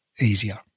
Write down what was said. easier